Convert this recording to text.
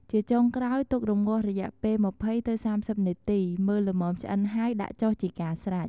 ជាចុងក្រោយ ទុករម្ងាស់រយៈពេល ២០ទៅ៣០ នាទី មើលល្មមឆ្អិន ហើយដាក់ចុះជាការស្រេច។